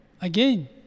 again